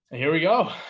here we go,